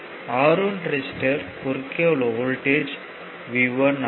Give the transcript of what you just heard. R1 resistor குறுக்கே உள்ள voltage V1 ஆகும்